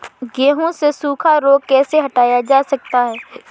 गेहूँ से सूखा रोग कैसे हटाया जा सकता है?